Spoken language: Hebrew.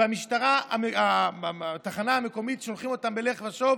במשטרה, בתחנה המקומית, שולחים אותם בלך ושוב.